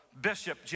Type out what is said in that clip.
bishop